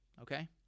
okay